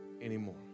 anymore